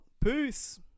Peace